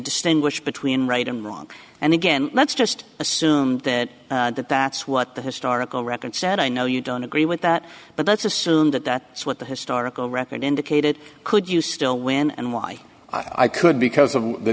distinguish between right and wrong and again let's just assume that that that's what the historical record said i know you don't agree with that but let's assume that that is what the historical record indicated could you still win and why i could because of the